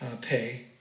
pay